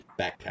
backpack